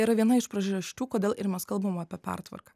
yra viena iš priežasčių kodėl ir mes kalbam apie pertvarką